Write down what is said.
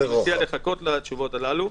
אני מציע לחכות לתשובות הללו.